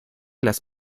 las